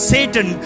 Satan